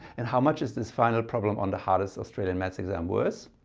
and how much is this final problem on the hardest australian maths exam worth?